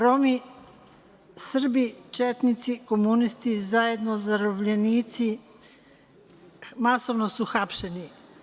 Romi, Srbi, četnici, komunisti, zajedno zarobljenici masovno su hapšeni.